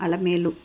Alamelu